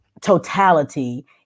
totality